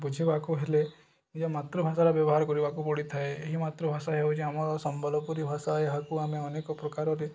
ବୁଝିବାକୁ ହେଲେ ନିଜ ମାତୃଭାଷାର ବ୍ୟବହାର କରିବାକୁ ପଡ଼ିଥାଏ ଏହି ମାତୃଭାଷା ହେଉଛି ଆମର ସମ୍ବଲପୁରୀ ଭାଷା ଏହାକୁ ଆମେ ଅନେକ ପ୍ରକାରରେ